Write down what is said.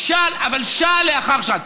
שעל לאחר שעל,